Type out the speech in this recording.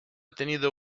tenido